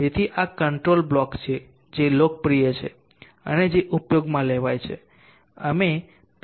તેથી આ control block છે જે લોકપ્રિય છે અને જે ઉપયોગમાં છે અમે પી